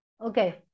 Okay